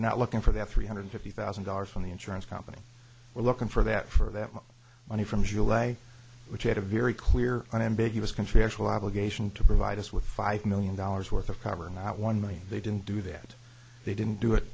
not looking for that three hundred fifty thousand dollars from the insurance company we're looking for that for that money from july which had a very clear unambiguous contractual obligation to provide us with five million dollars worth of cover not one million they didn't do that they didn't do it